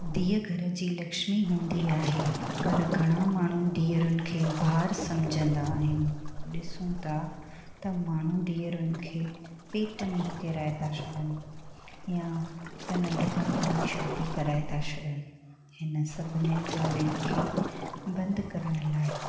धीअ घर जी लक्ष्मी हूंदी आहे पर घणा माण्हू धीअरुनि खे भार सम्झंदा आहिनि ॾिसूं था त माण्हू धीअरुनि खे पेट में ई किराए था छॾनि या त नंढपण में ई शादी कराए था छॾनि हिन सभिनिनि ॻाल्हियुनि खे बंदि करण लाइ